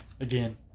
Again